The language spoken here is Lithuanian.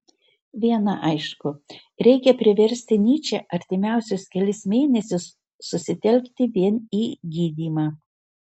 viena aišku reikia priversti nyčę artimiausius kelis mėnesius susitelkti vien į gydymą